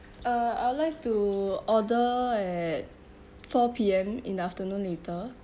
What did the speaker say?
uh I would like to order at four P_M in the afternoon later